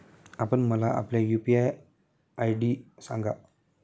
आपण मला आपला यू.पी.आय आय.डी सांगा